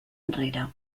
enrere